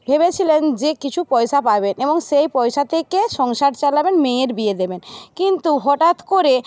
ভেবেছিলেন যে কিছু পয়সা পাবেন এবং সেই পয়সা থেকে সংসার চালাবেন মেয়ের বিয়ে দেবেন কিন্তু হঠাৎ করে